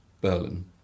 berlin